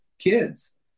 kids